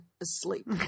asleep